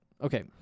okay